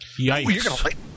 Yikes